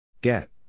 Get